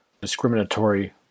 discriminatory